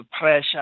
pressure